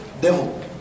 devil